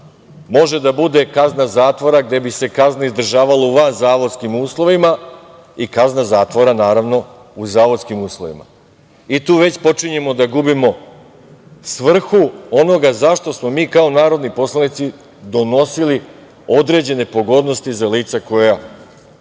može da bude kazna zatvora gde bi se kazna izdržavala u vanzavodskim uslovima i kazna zatvora, naravno, u zavodskim uslovima. I tu već počinjemo da gubimo svrhu onoga zašto smo mi kao narodni poslanici donosili određene pogodnosti za lica koja